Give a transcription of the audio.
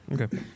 Okay